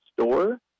store